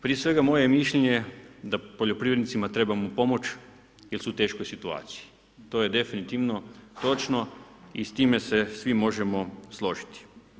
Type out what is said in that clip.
Prije svega moje j mišljenje da poljoprivrednicima trebamo pomoći, jer su u teškoj situaciji, to je definitivno točno i s time se svi možemo složiti.